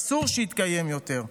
אסור שיתקיים יותר.